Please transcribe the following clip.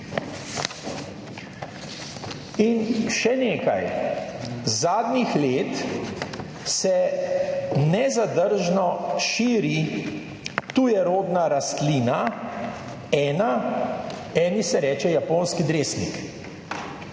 In še nekaj, zadnjih let se nezadržno širi tujerodna rastlina, ena, eni se reče japonski dresnik.